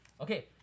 Okay